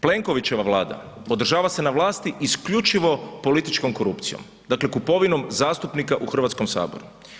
Plenkovićeva Vlada održava se na vlasti isključivo političkom korupcijom, dakle kupovinom zastupnika u Hrvatskom saboru.